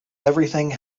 everything